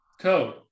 code